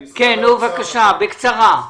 כן, נו, בבקשה, בקצרה.